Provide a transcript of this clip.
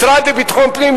משרד לביטחון פנים,